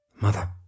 Mother